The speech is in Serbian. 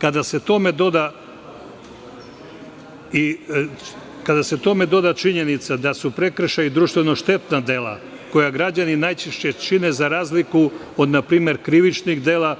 Kada se tome doda činjenica da su prekršaji društveno štetna dela, koja građani najčešće čine za razliku od, na primer, krivičnih dela